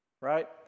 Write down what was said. right